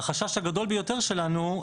והחשש הגדול ביותר שלנו,